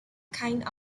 kind